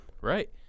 Right